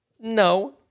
No